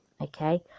okay